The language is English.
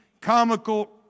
comical